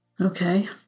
Okay